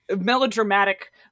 melodramatic